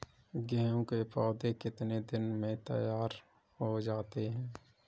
गेहूँ के पौधे कितने दिन में तैयार हो जाते हैं?